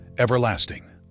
everlasting